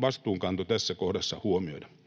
vastuunkanto kannattaisi tässä kohdassa huomioida.